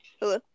Hello